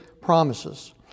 promises